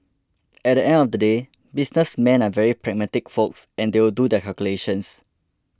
at the end of the day businessmen are very pragmatic folks and they'll do their calculations